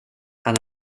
han